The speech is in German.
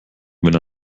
wenn